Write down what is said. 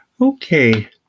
okay